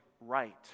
right